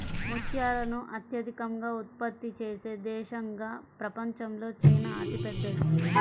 ముత్యాలను అత్యధికంగా ఉత్పత్తి చేసే దేశంగా ప్రపంచంలో చైనా అతిపెద్దది